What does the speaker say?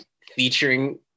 featuring